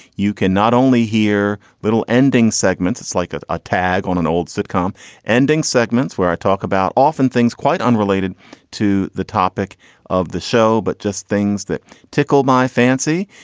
you can not only hear little ending segments, it's like a ah tag on an old sitcom ending segments where i talk about often things quite unrelated to the topic of the show, but just things that tickle my fancy.